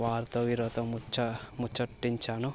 వారితో వీరితో ముచ్చ ముచ్చటించాను